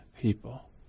people